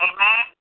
Amen